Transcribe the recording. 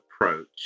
approach